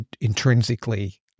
intrinsically